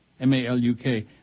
M-A-L-U-K